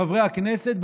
חברי הכנסת,